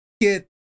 get